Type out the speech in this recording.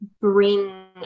bring